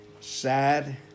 sad